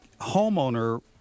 homeowner